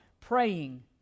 praying